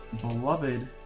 beloved